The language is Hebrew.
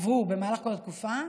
עברו במהלך כל התקופה,